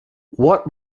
what